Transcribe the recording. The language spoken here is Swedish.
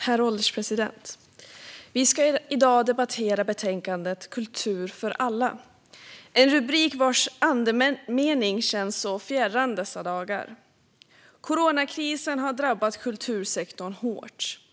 Herr ålderspresident! Vi ska i dag debattera betänkandet Kultur för alla . Det är en rubrik vars andemening känns fjärran dessa dagar. Coronakrisen har drabbat kultursektorn hårt.